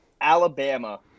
Alabama